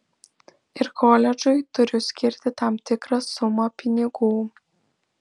ir koledžui turiu skirti tam tikrą sumą pinigų